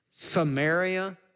Samaria